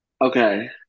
Okay